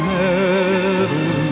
heaven